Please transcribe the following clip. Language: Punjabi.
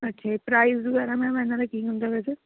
ਅੱਛਾ ਜੀ ਪ੍ਰਾਈਜ਼ ਵਗੈਰਾ ਮੈਮ ਇਹਨਾਂ ਦਾ ਕੀ ਹੁੰਦਾ ਵੈਸੇ